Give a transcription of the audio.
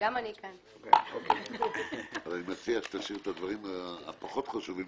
אני מציע שתשאיר את הדברים הפחות חשובים